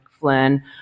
Flynn